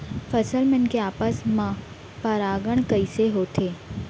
फसल मन के आपस मा परागण कइसे होथे?